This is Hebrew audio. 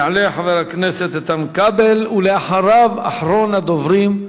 יעלה חבר הכנסת איתן כבל, ואחריו, אחרון הדוברים,